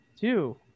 two